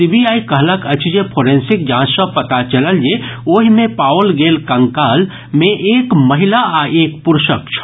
CBI कहलक अछि जे फोरेंसिक जांच सॅ पता चलल जे ओहि मे पाओल गेल कंकाल मे एक महिला आ एक पुरूषक छल